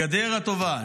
הגדר הטובה.